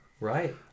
right